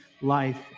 life